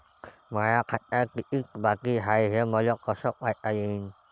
माया खात्यात कितीक बाकी हाय, हे मले कस पायता येईन?